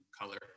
color